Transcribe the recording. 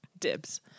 dibs